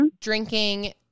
drinking